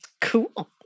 Cool